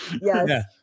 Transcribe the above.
Yes